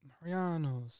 Mariano's